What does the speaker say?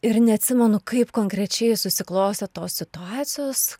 ir neatsimenu kaip konkrečiai susiklostė tos situacijos